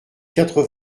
quatre